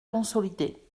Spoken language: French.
consolidé